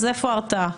אז איפה ההרתעה?